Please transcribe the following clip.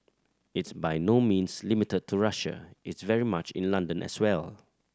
it's by no means limited to Russia it's very much in London as well